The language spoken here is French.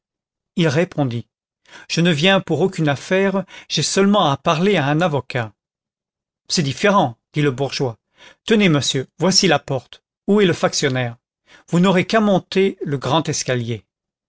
il répondit je ne viens pour aucune affaire j'ai seulement à parler à un avocat c'est différent dit le bourgeois tenez monsieur voici la porte où est le factionnaire vous n'aurez qu'à monter le grand escalier